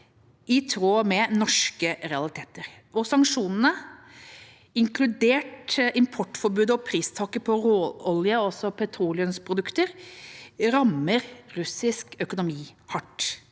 i tråd med norske realiteter. Sanksjonene, inkludert importforbudet og pristaket på råolje og petroleumsprodukter, rammer russisk økonomi hardt.